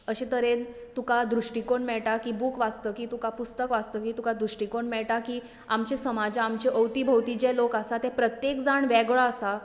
अशें तरेन तुका दृश्टिकोण मेळटा ती बूक वाचतकी तुका पुस्तक वाचतकी तुका दृश्टिकोण मेळटा की आमचे समाजान आमचे अवती भोवती जे लोक आसा ते प्रत्येक जाण वेगळो आसा